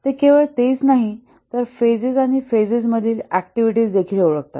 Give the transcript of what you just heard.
ते केवळ तेच नाही तर फेजेस आणि फेजेस मधील ऍक्टिव्हिटीज ओळखतात